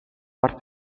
parte